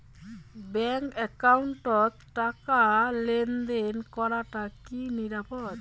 Bank একাউন্টত টাকা লেনদেন করাটা কি নিরাপদ?